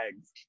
eggs